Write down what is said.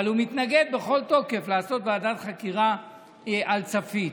אבל מתנגד בכל תוקף לעשות ועדת חקירה על צפית.